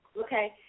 Okay